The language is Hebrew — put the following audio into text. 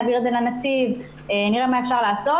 נעביר את זה לנציב ונראה מה אפשר לעשות.